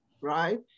right